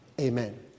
Amen